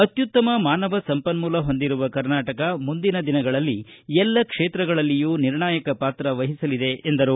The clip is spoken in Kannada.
ಅತ್ಯುತ್ತಮ ಮಾನವ ಸಂಪನ್ಮೂಲ ಹೊಂದಿರುವ ಕರ್ನಾಟಕ ಮುಂದಿನ ದಿನಗಳಲ್ಲಿ ಎಲ್ಲ ಕ್ಷೇತ್ರಗಳಲ್ಲಿಯೂ ನಿರ್ಣಾಯಕ ಪಾತ್ರ ವಹಿಸಲಿದೆ ಎಂದರು